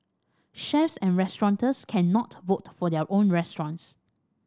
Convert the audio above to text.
chefs and restaurateurs cannot vote for their own restaurants